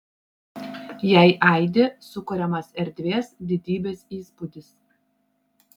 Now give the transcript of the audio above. jei aidi sukuriamas erdvės didybės įspūdis